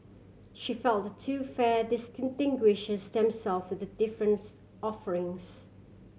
she felt the two fair distinguishes themself with difference offerings